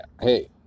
hey